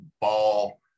ball